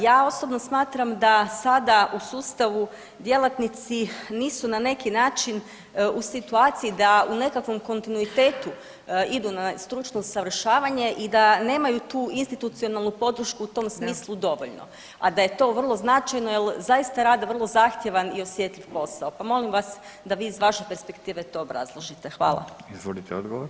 Ja osobno smatram da sada u sustavu djelatnici nisu na neki način u situaciji da u nekakvom kontinuitetu idu na stručno usavršavanje i da nemaju tu institucionalnu podršku u tom smislu dovoljno, a da je to vrlo značajno jel zaista rade vrlo zahtjevan i osjetljiv posao, pa molim vas da vi iz vaše perspektive to obrazložite.